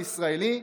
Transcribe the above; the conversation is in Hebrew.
הישראלי החילוני,